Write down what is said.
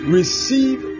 Receive